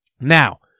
Now